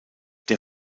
der